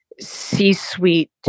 C-suite